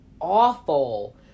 awful